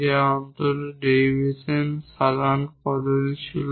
যা অন্তত ডেরিভেশন দ্বারা সাধারণ পদ্ধতি ছিল